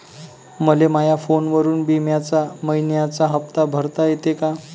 मले माया फोनवरून बिम्याचा मइन्याचा हप्ता भरता येते का?